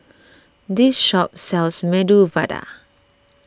this shop sells Medu Vada